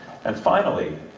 and finally,